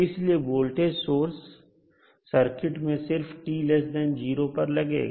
इसलिए voltage source circuit में सिर्फ t0 पर लगेगा